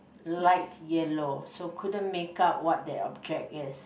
light yellow so couldn't make out what that object is